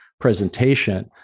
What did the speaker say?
presentation